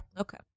Okay